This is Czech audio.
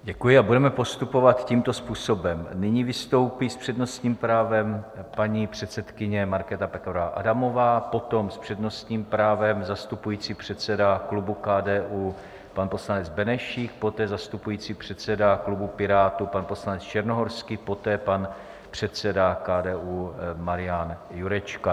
Děkuji a budeme postupovat tímto způsobem: Nyní vystoupí s přednostním právem paní předsedkyně Markéta Pekarová Adamová, potom s přednostním právem zastupující předseda klubu KDU pan poslanec Benešík, poté zastupující předseda klubu Pirátů pan poslanec Černohorský, poté pan předseda KDU Marian Jurečka.